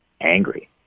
angry